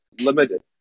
limited